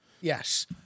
Yes